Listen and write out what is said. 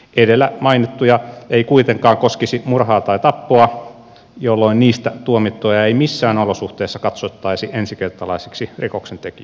edellä mainittu ei kuitenkaan koskisi murhaa tai tappoa jolloin niistä tuomittuja ei missään olosuhteissa katsottaisi ensikertalaisiksi rikoksentekijöiksi